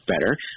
better